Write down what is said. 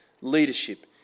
leadership